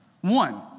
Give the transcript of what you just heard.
One